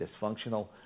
dysfunctional